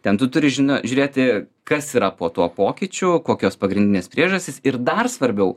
ten tu turi žino žiūrėti kas yra po tuo pokyčiu kokios pagrindinės priežastys ir dar svarbiau